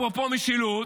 אפרופו משילות,